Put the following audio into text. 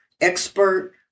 expert